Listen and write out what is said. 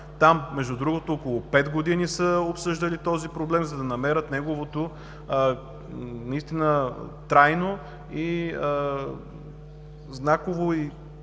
Там, между другото, около пет години са обсъждали този проблем, за да намерят неговото трайно и знаково